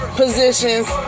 positions